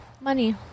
Money